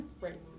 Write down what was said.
Right